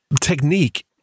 technique